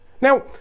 Now